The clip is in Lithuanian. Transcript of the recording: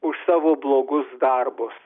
už savo blogus darbus